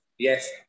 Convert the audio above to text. Yes